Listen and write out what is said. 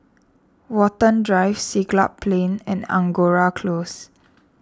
Watten Drive Siglap Plain and Angora Close